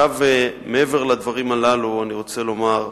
מעבר לדברים הללו אני רוצה לומר: